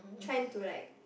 trying to like